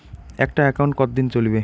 একটা একাউন্ট কতদিন চলিবে?